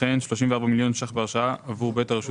וכן 34 מיליון שקלים בהרשאה עבור בית הרשות